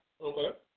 Okay